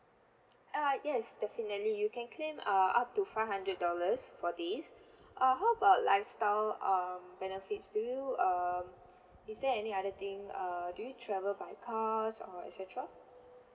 uh yes definitely you can claim uh up to five hundred dollars for this uh how about lifestyle um benefits do you um is there any other thing err do you travel by cars or et cetera